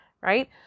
Right